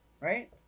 Right